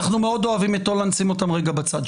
אנחנו מאוד אוהבים את הולנד אבל שים אותה רגע בצד.